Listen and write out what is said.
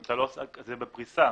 זה בפריסה.